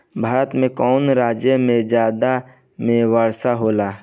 भारत के कवना राज्य में जाड़ा में वर्षा होला?